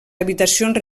habitacions